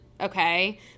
okay